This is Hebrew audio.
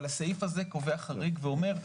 אבל הסעיף הזה קובע חריג ואומר,